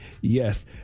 yes